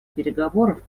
переговоров